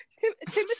Timothy